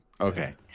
Okay